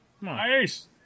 Nice